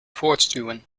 voortstuwen